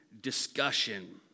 discussion